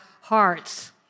hearts